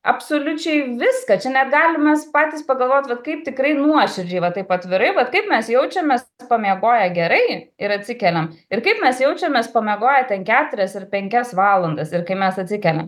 absoliučiai viską čia net galim mes patys pagalvot vat kaip tikrai nuoširdžiai va taip atvirai vat kaip mes jaučiamės pamiegoję gerai ir atsikeliam ir kaip mes jaučiamės pamiegoję ten keturias ir penkias valandas ir kai mes atsikeliam